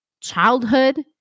childhood